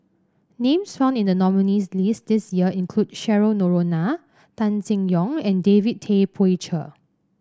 names found in the nominees' list this year include Cheryl Noronha Tan Seng Yong and David Tay Poey Cher